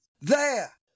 There